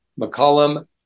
McCollum